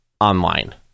Online